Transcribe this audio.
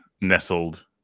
nestled